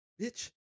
Bitch